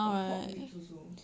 got pork ribs also